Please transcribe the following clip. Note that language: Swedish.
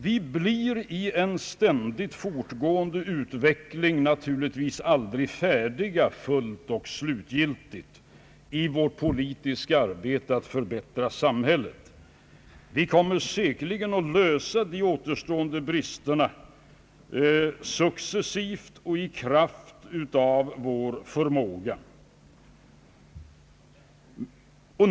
Vi blir i en ständig fortgående utveckling naturligtvis aldrig färdiga fullt och slutgiltigt i vårt politiska arbete för att förbättra samhället. Vi kommer säkerligen att avhjälpa de återstående bristerna successivt och i kraft av vår förmåga.